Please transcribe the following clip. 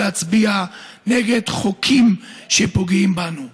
ולהצביע נגד חוקים שפוגעים בנו.